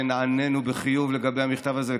ונענינו בחיוב לגבי המכתב הזה.